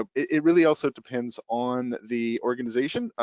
but it really also depends on the organization.